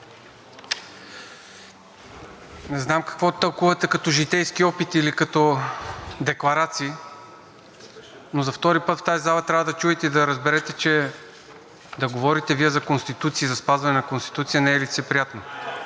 Не знам какво тълкувате като „житейски опит“ или като „декларации“, но за втори път в тази зала трябва да чуете и да разберете, че да говорите Вие за Конституция и за спазване на Конституцията не е лицеприятно.